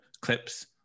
clips